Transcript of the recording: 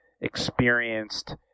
experienced